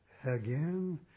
again